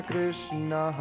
Krishna